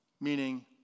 meaning